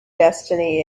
destiny